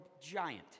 giant